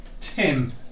Tim